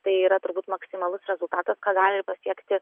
tai yra turbūt maksimalus rezultatas ką gali pasiekti